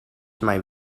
mijn